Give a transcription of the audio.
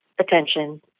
attention